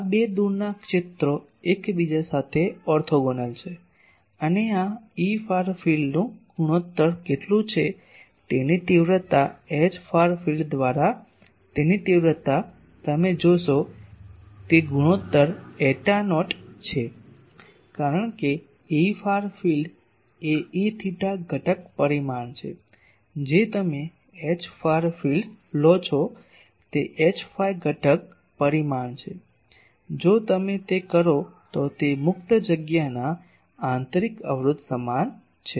આ બે દૂરના ક્ષેત્રો એકબીજા સાથે ઓર્થોગોનલ છે અને આ Efar field નું ગુણોત્તર કેટલું છે તેની તીવ્રતા Hfar field દ્વારા તેની તીવ્રતા તમે જોશો તે ગુણોત્તર એટા નોટ છે કારણ કે Efar field એ Eθ ઘટક પરિમાણ છે જે તમે Hfar field લો છો તે Hϕ ઘટક પરિમાણ છે જો તમે તે કરો તો તે ખાલી જગ્યા ના આંતરિક અવરોધ સમાન છે